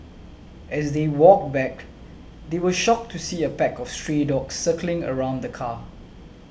as they walked back they were shocked to see a pack of stray dogs circling around the car